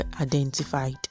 identified